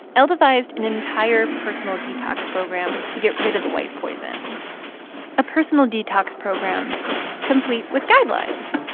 l devised an entire personal detox program to get rid of the white poison a personal detox program complete with guidelines